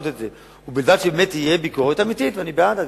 ובלבד שתהיה הביקורת אמיתית, ואני בעד.